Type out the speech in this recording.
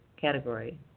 category